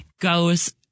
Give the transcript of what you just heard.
goes